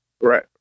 right